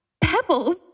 Pebbles